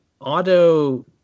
auto